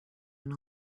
and